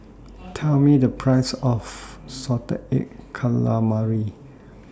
Tell Me The Price of Salted Egg Calamari